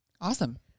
Awesome